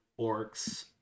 Orcs